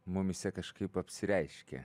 mumyse kažkaip apsireiškia